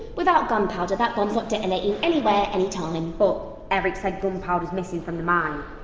without gunpowder, that bomb's not detonating anywhere, anytime. but eric said gunpowder's missing from the mine!